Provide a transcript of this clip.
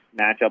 matchup